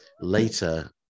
Later